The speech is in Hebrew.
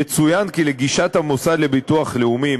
יצוין כי לגישת המוסד לביטוח לאומי,